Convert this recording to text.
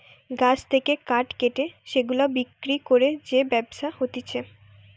গাছ থেকে কাঠ কেটে সেগুলা বিক্রি করে যে ব্যবসা হতিছে